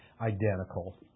identical